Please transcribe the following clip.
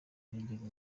nigeze